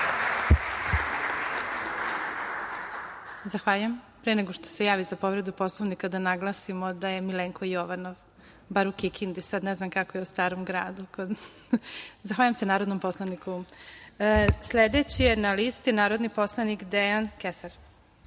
Zahvaljujem. Pre nego što se javi za povredu Poslovnika, da naglasimo da je Milenko Jovanov bar u Kikindi, sada ne znam kako je u starom gradu. Zahvaljujem se, narodnom poslaniku. Sledeći je na listi narodni poslanik Dejan